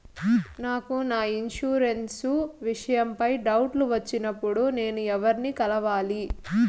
నాకు నా ఇన్సూరెన్సు విషయం పై డౌట్లు వచ్చినప్పుడు నేను ఎవర్ని కలవాలి?